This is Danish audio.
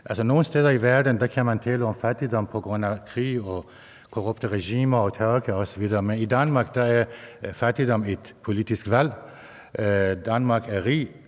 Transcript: Nogle steder i verden kan man tale om fattigdom på grund af krig, korrupte regimer og terror osv., men i Danmark er fattigdom et politisk valg. Danmark er et